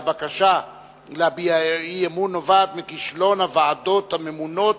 הבקשה להביע אי-אמון נובעת מכישלון הוועדות הממונות